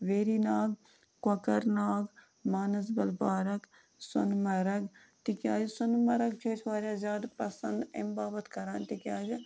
ویری ناگ Kokernag Manasbal park Sonamarg تِکیٛازِ Sonamarg چھِ أسۍ واریاہ زیادٕ پسنٛد اَمہِ باپَتھ کَران تِکیٛازِ